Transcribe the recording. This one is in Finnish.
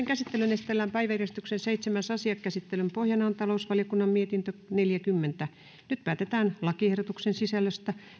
käsittelyyn esitellään päiväjärjestyksen seitsemäs asia käsittelyn pohjana on talousvaliokunnan mietintö neljäkymmentä nyt päätetään lakiehdotuksen sisällöstä